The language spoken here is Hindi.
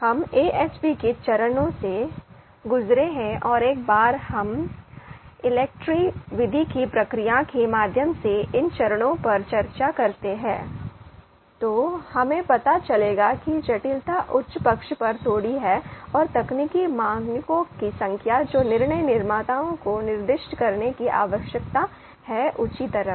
हम AHP के चरणों से गुज़रे हैं और एक बार जब हम ELECTRE विधि की प्रक्रिया के माध्यम से इन चरणों पर चर्चा करते हैं तो हमें पता चलेगा कि जटिलता उच्च पक्ष पर थोड़ी है और तकनीकी मानकों की संख्या जो निर्णय निर्माताओं को निर्दिष्ट करने की आवश्यकता है ऊँची तरफ